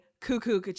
cuckoo